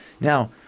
now